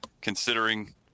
considering